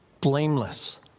blameless